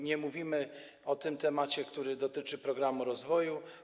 Nie mówimy o temacie, który dotyczy programu rozwoju.